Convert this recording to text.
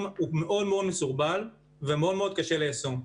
הוא מאוד מאוד מסורבל ומאוד מאוד קשה ליישום.